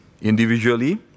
individually